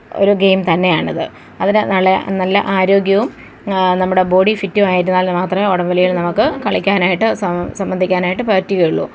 ഒരു ഗെയിം തന്നെയാണിത് അതിന് നല്ലെ നല്ലെ ആരോഗ്യവും നമ്മുടെ ബോഡീ ഫിറ്റും ആയിരുന്നാൽ മാത്രമേ വടം വലിയിൽ നമുക്ക് കളിക്കാനായിട്ട് സംബന്ധിക്കാനായിട്ട് പറ്റുകയുള്ളു